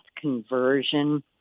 conversion